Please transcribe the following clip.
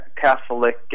Catholic